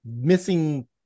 missing